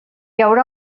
haurà